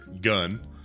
gun